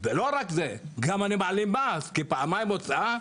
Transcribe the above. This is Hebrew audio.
ולא רק זה, אני גם מעלים מס, כי פעמיים הוצאה.